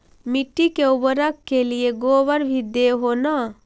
मिट्टी के उर्बरक के लिये गोबर भी दे हो न?